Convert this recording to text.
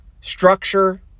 structure